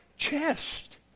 chest